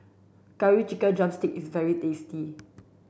curry chicken drumstick is very tasty